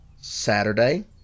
Saturday